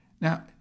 Now